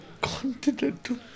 Continental